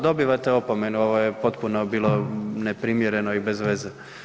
Dobivate opomenu, ovo je potpuno bilo neprimjereno i bezveze.